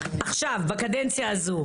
עכשיו בקדנציה הזאת.